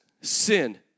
sin